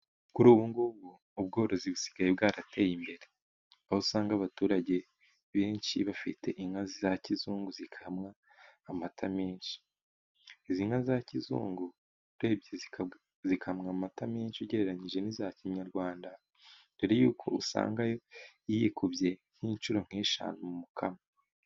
Kuri ubu ngubu ubworozi busigaye bwarateye imbere. Aho usanga abaturage benshi bafite inka za kizungu zikamwa amata menshi. Izi nka za kizungu urebye zikamwa amata menshi ugereranyije n'iza kinyarwanda, dore y'uko usanga iyikubye nk'inshuro nk'eshanu mu mukamo.